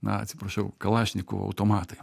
na atsiprašau kalašnikovo automatai